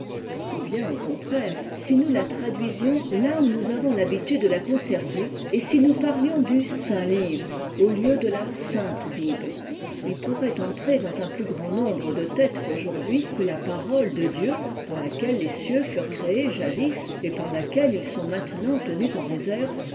ou bien au contraire si nous la traduisions là où nous avons l'habitude de la conserver et si nous parlions du saint livre au lieu de la sainte bible il pourrait entrer dans un plus grand nombre de têtes qu'aujourd'hui que la parole de dieu par laquelle les cieux furent créés jadis et par laquelle ils sont maintenant tenus en réserve